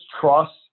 trust